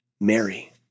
Mary